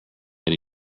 room